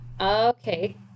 Okay